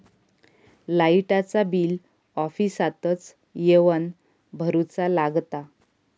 लाईटाचा बिल ऑफिसातच येवन भरुचा लागता?